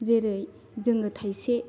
जेरै जोङो थायसे